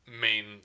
main